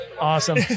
Awesome